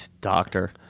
Doctor